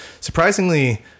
Surprisingly